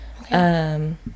Okay